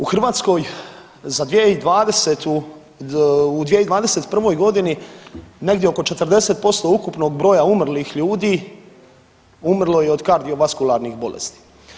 U Hrvatskoj za 2020.-tu, u 2021. godini negdje oko 40% ukupnog broja umrlih ljudi umrlo je od kardiovaskularnih bolesti.